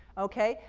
okay?